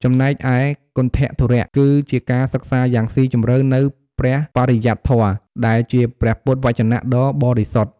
ចំណែកឯ គន្ថធុរៈ គឺជាការសិក្សាយ៉ាងស៊ីជម្រៅនូវ ព្រះបរិយត្តិធម៌ ដែលជាព្រះពុទ្ធវចនៈដ៏បរិសុទ្ធ។